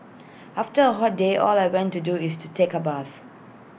after A hot day all I want to do is to take A bath